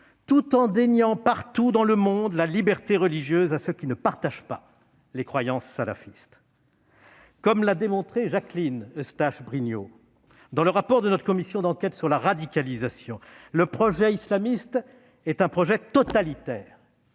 tout en déniant partout dans le monde la liberté religieuse à ceux qui ne partagent pas les croyances salafistes. Comme l'a démontré Jacqueline Eustache-Brinio dans le rapport de notre commission d'enquête sur les réponses apportées par les autorités